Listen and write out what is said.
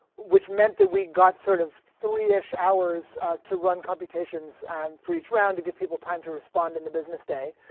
which meant that we got sort of three and hours to run computations and for each round to give people time to respond in the business day.